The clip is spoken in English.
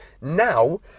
Now